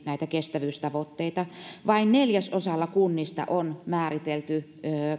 näitä kestävyystavoitteita vain neljäsosalla kunnista on määritelty